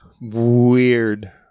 weird